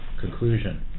conclusion